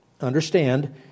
understand